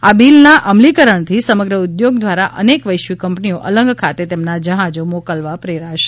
આ બીલના અમલીકરણથી સમગ્ર ઉદ્યોગ દ્વારા અનેક વૈશ્વિક કંપનીઓ અલંગ ખાતે તેમના જહાજો મોકલવા પ્રેરાશે